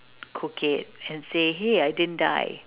cook it and say !hey! I didn't die